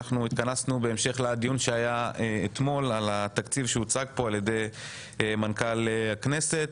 התכנסנו בהמשך לדיון שהיה אתמול על התקציב שהוצג פה על ידי מנכ"ל הכנסת,